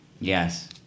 Yes